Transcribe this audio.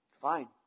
Fine